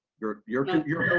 you're, you're, you're